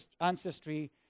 ancestry